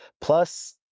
plus